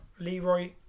Leroy